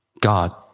God